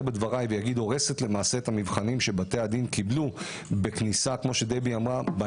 בדבריי ואגיד הורסת את המבחנים שבתי הדין קיבלו בכניסה בעיניים